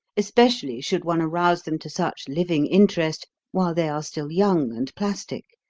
especially should one arouse them to such living interest while they are still young and plastic,